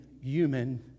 human